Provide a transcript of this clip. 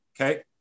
okay